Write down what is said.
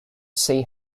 see